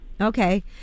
Okay